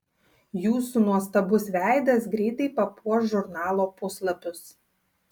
jūsų nuostabus veidas greitai papuoš žurnalo puslapius